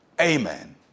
Amen